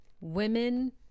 women